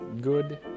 good